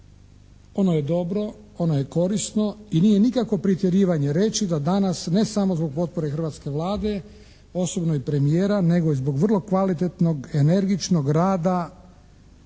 Ono je dobro, ono je korisno i nije nikakvo pretjerivanje reći da danas ne samo zbog potpore hrvatske Vlade, osobno i premijera, nego i zbog vrlo kvalitetnog, energičnog rada